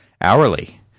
hourly